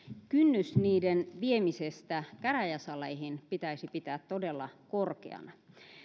kynnys niiden viemiseen käräjäsaleihin pitäisi pitää todella korkeana